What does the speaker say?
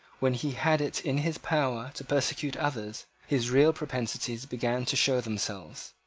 when he had it in his power to persecute others, his real propensities began to show themselves.